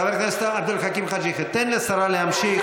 חבר הכנסת עבד אל חכים חאג' יחיא, תן לשרה להמשיך.